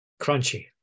Crunchy